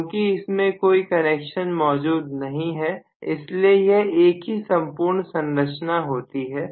क्योंकि इसमें कोई कनेक्शन मौजूद नहीं है इसलिए यह एक ही संपूर्ण संरचना होती है